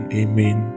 amen